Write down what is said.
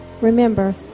Remember